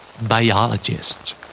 Biologist